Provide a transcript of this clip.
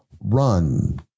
run